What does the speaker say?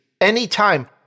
anytime